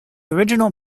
original